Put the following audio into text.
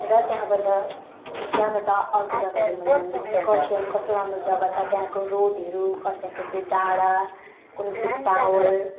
र त्यहाँबाट त्यहाँबाट अर्को जगा हेर्यौँ भने हामी कर्सियङ कस्तो राम्रो जगा छ त्यहाँको रोडहरू कर्सियङ त्यो डाँडा कुन्नि के टावर